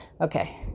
Okay